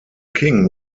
king